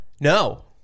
No